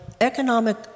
Economic